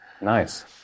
Nice